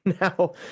now